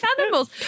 animals